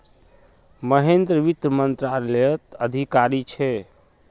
महेंद्र वित्त मंत्रालयत अधिकारी छे